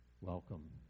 Welcome